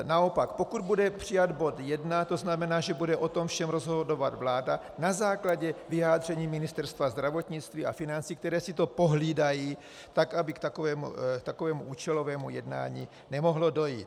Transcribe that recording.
Naopak, pokud bude přijat bod 1, to znamená, že bude o tom všem rozhodovat vláda na základě vyjádření ministerstev zdravotnictví a financí, která si to pohlídají, tak aby k takovému účelovému jednání nemohlo dojít.